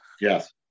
Yes